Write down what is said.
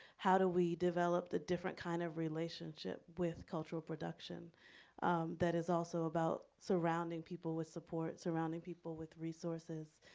how do we develop the different kind of relationship with cultural production that is also about surrounding people with support, surrounding people with resources,